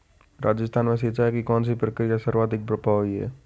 राजस्थान में सिंचाई की कौनसी प्रक्रिया सर्वाधिक प्रभावी है?